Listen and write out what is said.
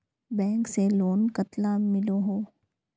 Bank से loan कतला मिलोहो?